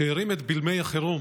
שהרים את בלמי החירום